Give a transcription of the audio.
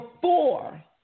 four